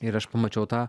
ir aš pamačiau tą